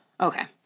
Okay